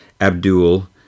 Abdul